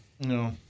No